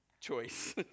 choice